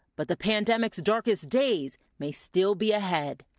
but the pandemic's darkest days may still be ahead.